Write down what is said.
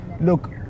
Look